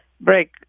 break